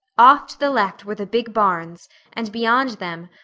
off to the left were the big barns and beyond them,